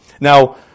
Now